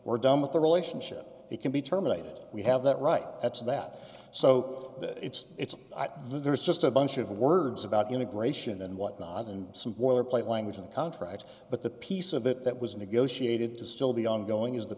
we're done with the relationship it can be terminated we have that right that's that so it's it's there it's just a bunch of words about integration and whatnot and some boilerplate language in the contract but the piece of it that was negotiated to still be ongoing is the